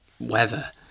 weather